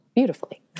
beautifully